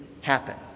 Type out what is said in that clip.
happen